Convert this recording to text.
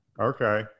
Okay